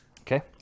okay